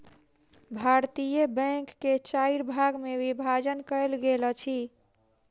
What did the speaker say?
भारतीय बैंक के चाइर भाग मे विभाजन कयल गेल अछि